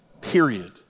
period